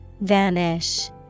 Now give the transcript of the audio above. Vanish